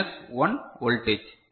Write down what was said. minus 1 voltage